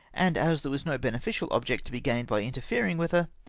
and as there was no beneficial object to be gained by interfering with her,